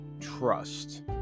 Trust